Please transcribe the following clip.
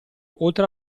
oltre